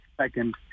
second